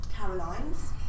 Caroline's